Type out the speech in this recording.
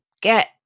get